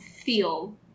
feel